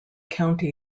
county